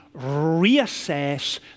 reassess